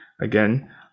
again